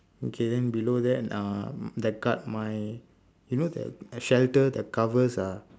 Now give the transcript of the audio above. okay then below that uh the cov~ my you know the shelter the covers are